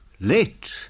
late